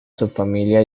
subfamilia